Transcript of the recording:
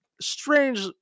strange